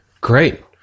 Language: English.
Great